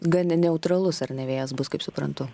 gan neutralus ar ne vėjas bus kaip suprantu